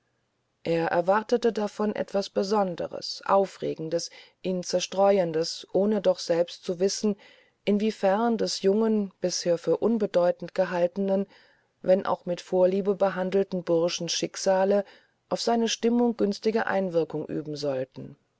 er erwartete davon etwas besonderes aufregendes ihn zerstreuendes ohne doch selbst zu wissen in wie fern des jungen bisher für unbedeutend gehaltenen wenn auch mit vorliebe behandelten burschen schicksale auf seine stimmung günstige einwirkung üben sollten